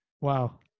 Wow